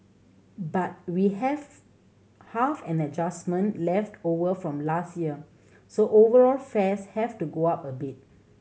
but we have half an adjustment left over from last year so overall fares have to go up a bit